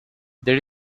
there